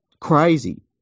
crazy